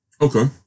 Okay